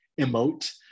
emote